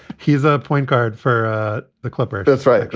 he's a point guard for the clippers. that's right.